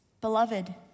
Beloved